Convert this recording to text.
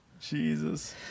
Jesus